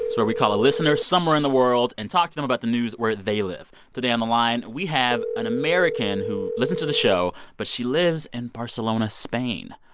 where we call a listener somewhere in the world and talk to them about the news where they live. today on the line, we have an american who listens to the show. but she lives in barcelona, spain.